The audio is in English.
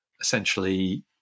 essentially